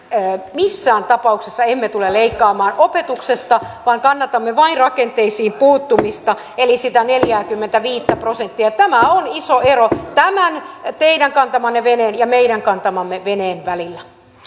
missään tapauksessa emme tule leikkaamaan opetuksesta vaan kannatamme vain rakenteisiin puuttumista eli sitä neljääkymmentäviittä prosenttia ja tämä on iso ero tämän teidän kantamanne veneen ja meidän kantamamme veneen välillä